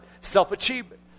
self-achievement